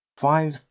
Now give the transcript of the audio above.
Five